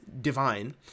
divine